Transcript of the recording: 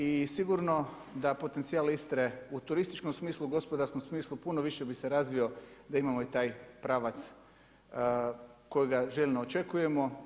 I sigurno da potencijal Istre u turističkom smislu, gospodarskom smislu puno više bi se razvio da imamo i taj pravac kojega željno očekujemo.